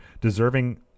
deserving